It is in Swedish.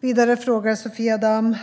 Vidare frågar Sofia Damm